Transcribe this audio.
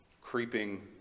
creeping